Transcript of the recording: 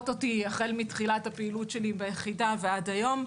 אותי החל מתחילת הפעילות שלי ביחידה ועד היום.